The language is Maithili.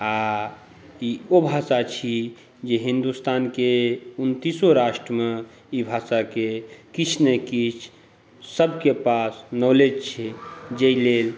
आओर ई ओ भाषा छी जे हिंदुस्तानके उनतीसो राष्ट्रमे ई भाषाके किछु ने किछु सभके पास नॉलेज छै जाहि लेल